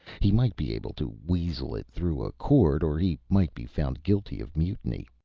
he might be able to weasel it through a court, or he might be found guilty of mutiny.